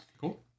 cool